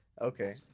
okay